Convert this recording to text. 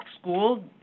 school